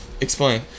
Explain